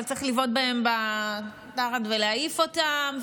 אבל צריך לבעוט בהם בתחת ולהעיף אותם.